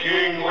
King